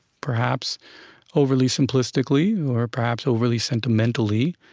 perhaps overly simplistically or perhaps overly sentimentally,